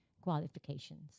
qualifications